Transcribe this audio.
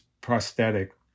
prosthetic